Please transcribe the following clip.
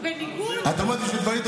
את אומרת: בשביל דברים,